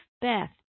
Beth